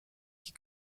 qui